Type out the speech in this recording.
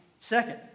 Second